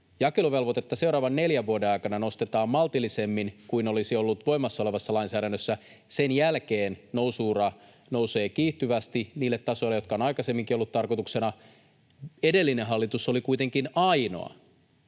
Jakeluvelvoitetta seuraavan neljän vuoden aikana nostetaan maltillisemmin kuin olisi ollut voimassa olevassa lainsäädännössä. Sen jälkeen nousu-ura nousee kiihtyvästi niille tasoille, jotka ovat aikaisemminkin olleet tarkoituksena. Edellinen hallitus oli kuitenkin tähän